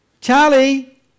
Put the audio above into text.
Charlie